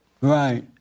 Right